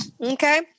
Okay